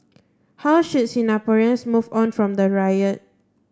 how should Singaporeans move on from the riot